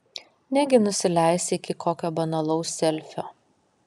negi nusileisi iki kokio banalaus selfio